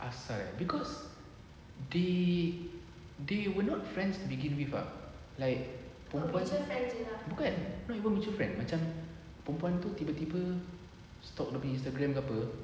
asal cause they they were not friends to begin with ah like perempuan tu bukan not even mutual friends macam perempuan tu tiba tiba stalk dia punya Instagram ke apa